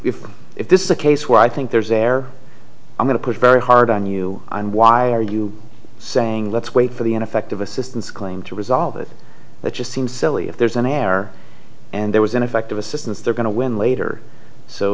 if if this is a case where i think there's there i'm going to push very hard on you and why are you saying let's wait for the ineffective assistance claim to resolve it that just seems silly if there's an error and there was ineffective assistance they're going to win later so